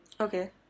Okay